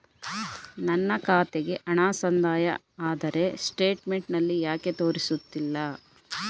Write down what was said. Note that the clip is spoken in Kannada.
ನನ್ನ ಖಾತೆಗೆ ಹಣ ಸಂದಾಯ ಆದರೆ ಸ್ಟೇಟ್ಮೆಂಟ್ ನಲ್ಲಿ ಯಾಕೆ ತೋರಿಸುತ್ತಿಲ್ಲ?